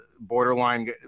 borderline